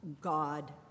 God